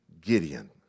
Gideon